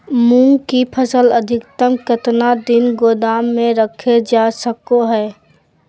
मूंग की फसल अधिकतम कितना दिन गोदाम में रखे जा सको हय?